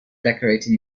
decorated